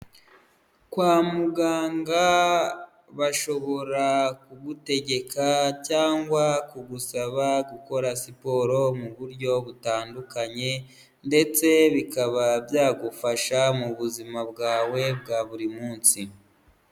Kwa muganga bashobora kugutegeka cyangwa kugusaba gukora siporo, mu buryo butandukanye ndetse bikaba byagufasha mu buzima bwawe bwa buri munsi.